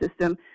system